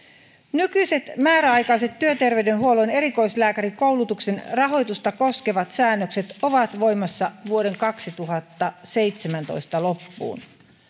nykyiset määräaikaiset työterveyshuollon erikoislääkärikoulutuksen rahoitusta koskevat säännökset ovat voimassa vuoden kaksituhattaseitsemäntoista loppuun